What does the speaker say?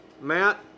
Matt